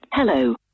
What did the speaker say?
Hello